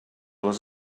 les